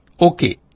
Okay